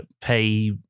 pay